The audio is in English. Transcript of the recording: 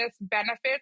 benefits